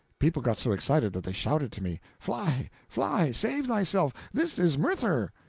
people got so excited that they shouted to me fly, fly! save thyself! this is murther!